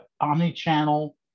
omni-channel